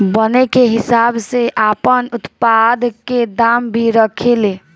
बने के हिसाब से आपन उत्पाद के दाम भी रखे ले